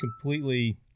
completely